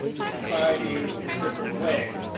the society in a different way.